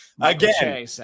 Again